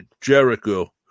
Jericho